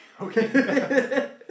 Okay